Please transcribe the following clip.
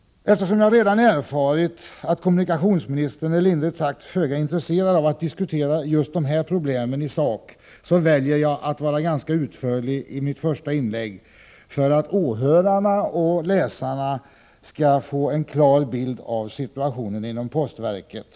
Eftersom jag redan erfarit att kommunikationsministern är, lindrigt uttryckt, föga intresserad av att diskutera just dessa problem i sak väljer jag att vara ganska utförlig i mitt första inlägg för att åhörarna och läsarna av protokollet skall få en klar bild av situationen inom postverket.